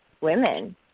women